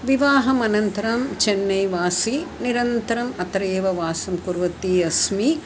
विवाहानन्तरं चेन्नैवासी निरन्तरम् अत्रैव वासं कुर्वती अस्मि